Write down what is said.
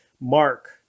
Mark